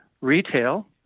retail